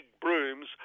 brooms